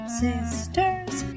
sisters